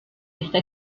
esta